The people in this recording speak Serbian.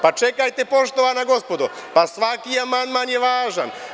Pa, čekajte, poštovana gospodo, pa svaki amandman je važan.